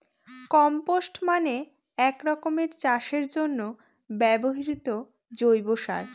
compost মানে এক রকমের চাষের জন্য ব্যবহৃত জৈব সার